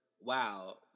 wow